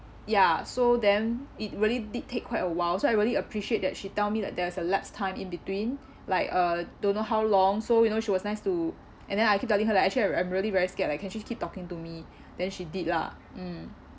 ya so then it really did take quite a while so I really appreciate that she tell me that there's a lapse time in between like uh don't know how long so you know she was nice to and then I keep telling her like actually I'm I'm really very scared like can she keep talking to me then she did lah mm